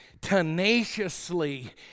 tenaciously